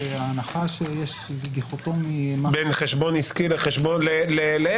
שההנחה שיש איזה דיכוטומיה --- בין חשבון עסקי לעסק,